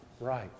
right